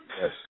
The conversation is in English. Yes